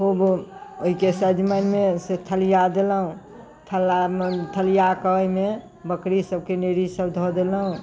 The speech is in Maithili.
खूब ओहिके सजमैनमे थलिआ देलहुँ थल्ला थलिआकऽ ओहिमे बकरी सबके नेड़ी सब धऽ देलहुँ